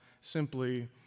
simply